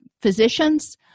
physicians